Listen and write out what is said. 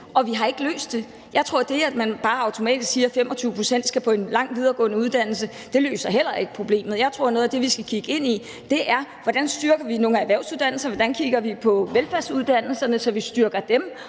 og vi har ikke løst det. Jeg tror heller ikke, at det, at man siger, at 25 pct. skal på en lang videregående uddannelse, bare automatisk løser problemet. Jeg tror, at noget af det, vi skal kigge ind i, er, hvordan vi styrker nogle af erhvervsuddannelserne, hvordan vi styrker og løfter velfærdsuddannelserne, så vi får flere